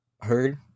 heard